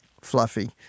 fluffy